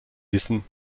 wissen